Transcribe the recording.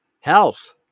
health